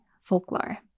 folklore